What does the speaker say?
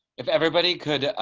if everybody could yeah